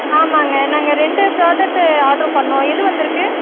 ஆமாம்ங்க நாங்கள் ரெண்டு ப்ராடக்ட்டு ஆர்டர் பண்ணோம் எது வந்துயிருக்கு